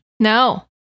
No